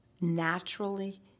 naturally